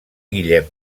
guillem